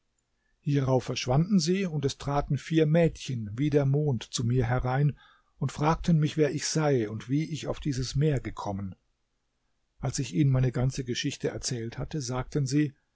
hierauf verschwanden sie und es traten vier mädchen wie der mond zu mir herein und fragten mich wer ich sei und wie ich auf dieses meer gekommen als ich ihnen meine ganze geschichte erzählt hatte sagten sie